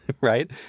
right